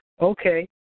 okay